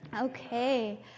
Okay